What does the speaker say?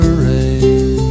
rain